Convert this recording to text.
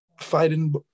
fighting